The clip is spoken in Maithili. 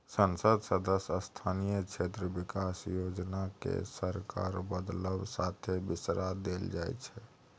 संसद सदस्य स्थानीय क्षेत्र बिकास योजना केँ सरकार बदलब साथे बिसरा देल जाइ छै